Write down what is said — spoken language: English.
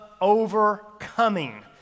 overcoming